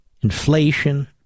inflation